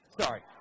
sorry